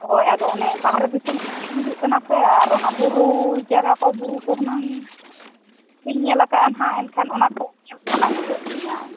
ᱦᱳᱭ ᱟᱫᱚ ᱵᱟᱦᱨᱮ ᱫᱤᱥᱚᱢ ᱠᱷᱚᱱᱞᱤᱧ ᱦᱤᱡᱩᱜ ᱠᱟᱱᱟ ᱥᱮ ᱟᱨ ᱚᱱᱟ ᱵᱩᱨᱩ ᱡᱟᱭᱜᱟ ᱠᱚ ᱦᱩᱱᱟᱹᱝ ᱵᱩᱨᱩ ᱠᱚ ᱵᱟᱹᱧ ᱧᱮᱞ ᱟᱠᱟᱜᱼᱟ ᱱᱟᱦᱟᱜ ᱮᱱᱠᱷᱟᱱ ᱚᱱᱟ ᱠᱚ ᱧᱮᱞ ᱥᱟᱱᱟᱧ ᱧᱚᱜᱮ ᱞᱤᱧᱟ